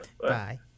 Bye